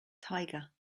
tiger